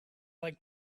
like